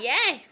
Yes